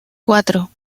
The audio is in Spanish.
cuatro